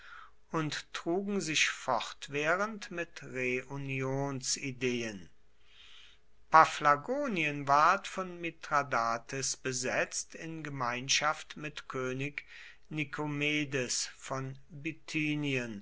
und trugen sich fortwährend mit reunionsideen paphlagonien ward von mithradates besetzt in gemeinschaft mit könig nikomedes von